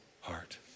heart